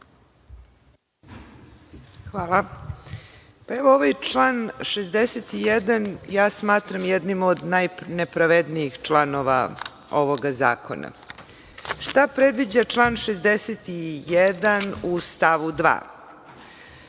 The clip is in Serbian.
Hvala. Ovaj član 61. smatram jednim od najnepravednijih članova ovoga zakona. Šta predviđa član 61? U stavu 2.